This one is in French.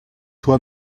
toi